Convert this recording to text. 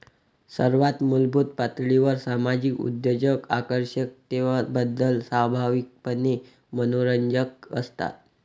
सर्वात मूलभूत पातळीवर सामाजिक उद्योजक आकर्षकतेबद्दल स्वाभाविकपणे मनोरंजक असतात